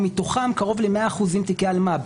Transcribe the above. ומתוכם קרוב ל-100% תיקי אלמ"ב.